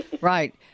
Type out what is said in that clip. Right